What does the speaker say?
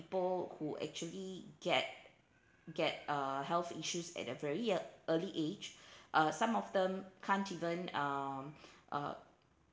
people who actually get get uh health issues at a very early age uh some of them can't even uh uh